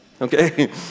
Okay